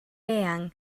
eang